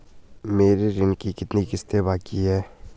मेरे ऋण की कितनी किश्तें बाकी हैं?